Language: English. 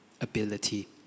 ability